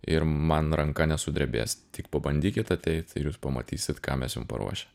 ir man ranka nesudrebės tik pabandykit ateit ir jūs pamatysit ką mes jum paruošę